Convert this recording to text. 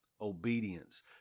Obedience